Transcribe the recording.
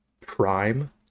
Prime